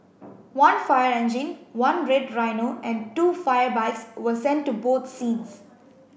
one fire engine one red rhino and two fire bikes were sent to both scenes